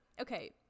okay